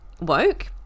woke